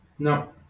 No